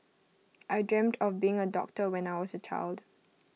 I dreamt of becoming A doctor when I was A child